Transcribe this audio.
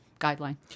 guideline